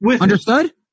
Understood